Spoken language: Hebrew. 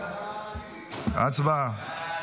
הצבעה.